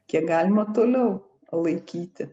kiek galima toliau laikyti